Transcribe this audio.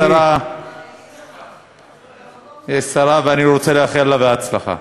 יש שרה, ואני רוצה לאחל לה בהצלחה.